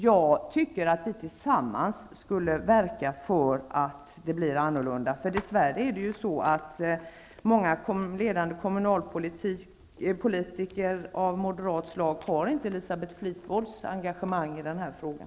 Jag tycker att vi tillsammans borde verka för att situationen skall bli annorlunda. Många ledande moderata kommunalpolitiker har dess värre inte Elisabeth Fleetwoods engagemang i den här frågan.